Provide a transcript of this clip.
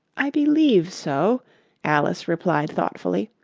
i believe so alice replied thoughtfully.